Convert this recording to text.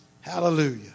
Hallelujah